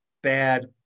Bad